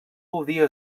gaudia